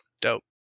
Dope